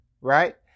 right